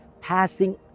passing